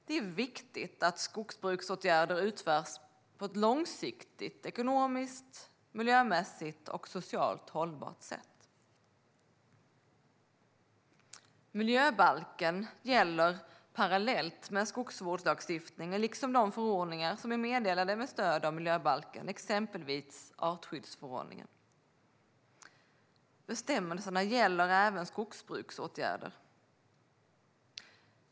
Det är viktigt att skogsbruksåtgärder utförs på ett långsiktigt ekonomiskt, miljömässigt och socialt hållbart sätt. Miljöbalken gäller parallellt med skogsvårdslagstiftningen, liksom de förordningar som är meddelade med stöd av miljöbalken, exempelvis artskyddsförordningen . Bestämmelserna gäller även skogsbruksåtgärder.